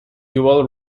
dual